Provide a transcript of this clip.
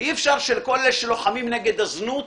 אי אפשר שכל אלה שלוחמים נגד הזנות,